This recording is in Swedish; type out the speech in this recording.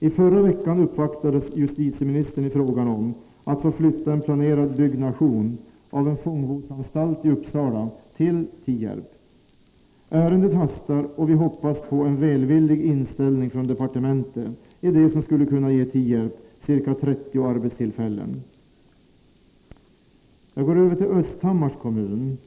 I förra veckan uppvaktades justitieministern i en fråga som gällde en planerad byggnation av en fångvårdsanstalt i Uppsala, som man ville få flyttad till Tierp. Ärendet 127 hastar, och vi hoppas på en välvillig inställning från departementet till en åtgärd som skulle ge Tierp ca 30 arbetstillfällen. Jag går nu över till Östhammars kommun.